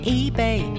eBay